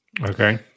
Okay